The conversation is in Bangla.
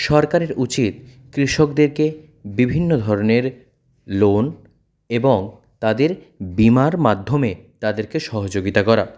সরকারের উচিত কৃষকদেরকে বিভিন্ন ধরনের লোন এবং তাদের বিমার মাধ্যমে তাদেরকে সহযোগিতা করা